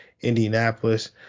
Indianapolis